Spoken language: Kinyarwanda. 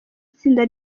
itsinda